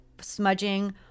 smudging